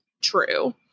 true